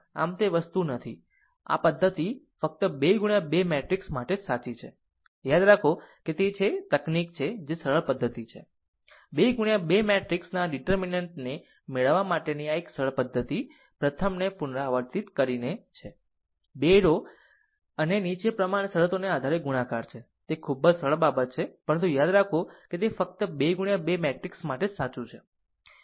આમ તે વસ્તુ નથી કે આ પદ્ધતિ ફક્ત 2 ગુણ્યા 2 મેટ્રિક્સ માટે જ સાચી છે યાદ રાખો કે આ તે છે જે તકનીક છે જે સરળ પદ્ધતિ છે 2 ગુણ્યા 2 મેટ્રિક્સ ના ડીટેર્મિનન્ટ ને મેળવવા માટેની એક સરળ પદ્ધતિ પ્રથમને પુનરાવર્તિત કરીને છે 2 રો ઓ અને નીચે પ્રમાણે શરતોને આધારે ગુણાકાર છે તે ખૂબ જ સરળ બાબત છે પરંતુ યાદ રાખો કે તે ફક્ત 2 ગુણ્યા 2 મેટ્રિક્સ માટે જ સાચું છે